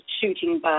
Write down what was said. shooting